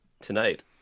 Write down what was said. tonight